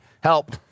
help